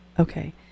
Okay